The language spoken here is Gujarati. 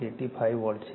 85 વોલ્ટ છે